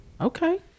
Okay